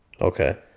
Okay